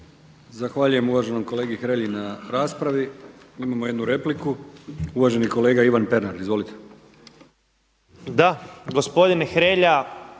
Zahvaljujem uvaženom kolegi Željku Lackoviću na ovoj raspravi. Imamo jednu repliku. Uvaženi kolega Branko Bačić. Izvolite.